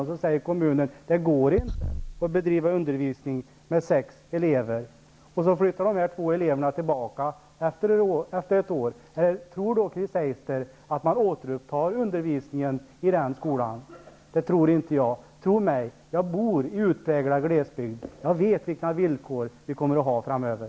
Kommunen säger att det går inte att bedriva undervisning med bara sex elever. Så flyttar dessa två elever tillbaka efter ett år. Tror då Chris Heister att man återupptar undervisningen i den skolan? Det tror inte jag. Tro mig -- jag bor i utpräglad glesbygd. Jag vet vilka villkor vi kommer att ha framöver.